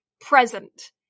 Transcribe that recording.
present